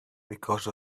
because